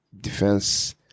defense